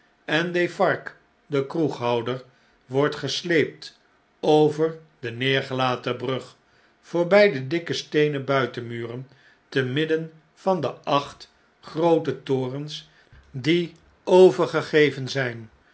en hooger endefarge de kroeghouder wordt gesleept over de neergelaten brug voorbg de dikke steenen buitenmuren te midden van de acht groote torens die overgegeven zijn